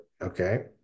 Okay